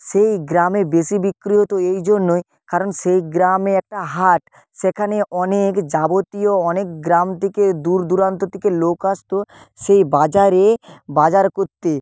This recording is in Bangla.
সেই গ্রামে বেশি বিক্রি হতো এই জন্যই কারণ সেই গ্রামে একটা হাট সেখানে অনেক যাবতীয় অনেক গ্রাম থেকে দূর দূরান্ত থেকে লোক আসতো সেই বাজারে বাজার করতে